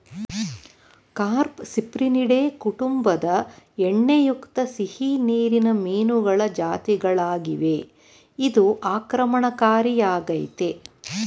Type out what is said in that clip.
carp Cyprinidae ಕುಟುಂಬದ ಎಣ್ಣೆಯುಕ್ತ ಸಿಹಿನೀರಿನ ಮೀನುಗಳ ಜಾತಿಗಳಾಗಿವೆ ಇದು ಆಕ್ರಮಣಕಾರಿಯಾಗಯ್ತೆ